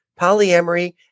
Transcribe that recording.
polyamory